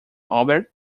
albert